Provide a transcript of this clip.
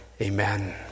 amen